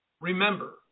remember